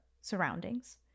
surroundings